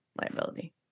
liability